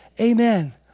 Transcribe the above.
amen